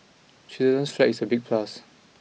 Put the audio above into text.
Switzerland's flag is a big plus